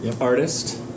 Artist